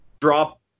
drop